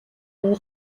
нэг